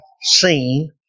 seen